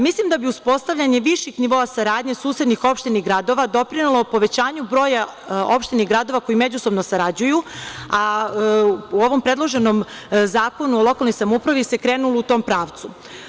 Mislim da bi uspostavljanjem viših nivoa saradnje susednih opština i gradova doprinelo povećanju broja opština i gradova koji međusobno sarađuju, a u ovom predloženom Zakonu o lokalnoj samoupravi se krenulo u tom pravcu.